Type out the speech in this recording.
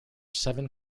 seven